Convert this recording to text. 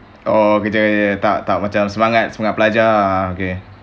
tak macam semagat semagat belajar ah